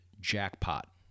jackpot